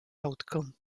outcome